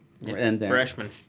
Freshman